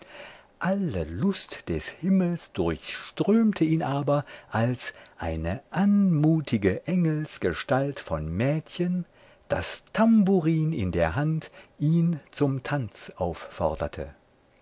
alle lust des himmels durchströmte ihn aber als eine anmutige engelsgestalt von mädchen das tamburin in der hand ihn zum tanz aufforderte